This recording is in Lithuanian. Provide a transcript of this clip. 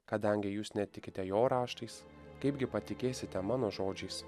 kadangi jūs netikite jo raštais kaipgi patikėsite mano žodžiais